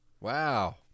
Wow